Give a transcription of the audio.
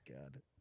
God